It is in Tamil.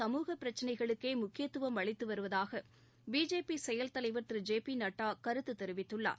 சமூக பிரச்சினைகளுக்கே முக்கியத்துவம் அளித்து வருவதாக பிஜேபி செயல் தலைவர் திரு ஜே பி நட்டா கருத்து தெரிவித்துள்ளார்